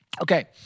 Okay